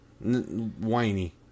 Whiny